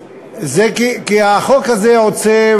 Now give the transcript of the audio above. החוק הזה עושה,